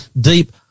deep